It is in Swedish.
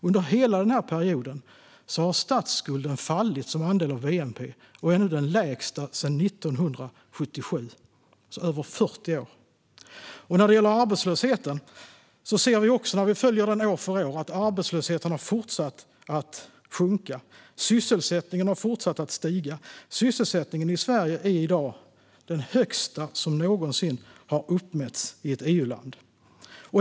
Under hela denna period har statsskulden fallit som andel av bnp och är nu den lägsta sedan 1977, alltså på över 40 år. När vi följer arbetslösheten år för år ser vi att den har fortsatt att sjunka. Sysselsättningen har fortsatt att stiga; sysselsättningen i Sverige är i dag den högsta som någonsin har uppmätts i ett EU-land.